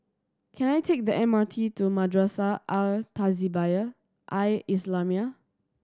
can I take the M R T to Madrasah Al Tahzibiah Al Islamiah